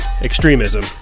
Extremism